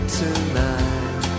tonight